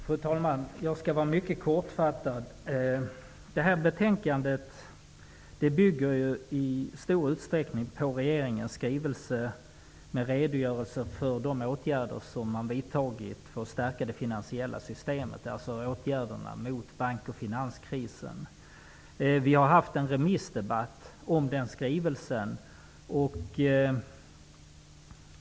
Fru talman! Jag skall vara mycket kortfattad. Detta betänkande bygger i stor utsträckning på regeringens skrivelse med redogörelse för de åtgärder som man vidtagit för att stärka det finansiella systemet, alltså åtgärderna mot bankoch finanskrisen. Vi har haft en remissdebatt om den skrivelsen.